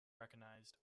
recognized